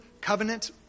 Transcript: covenant